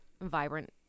vibrant